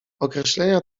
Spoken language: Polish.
określenia